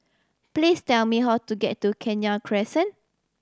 please tell me how to get to Kenya Crescent